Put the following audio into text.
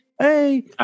hey